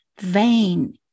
vain